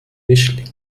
mischling